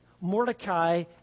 Mordecai